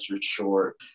short